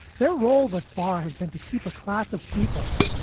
their role thus far has been to keep a class of people,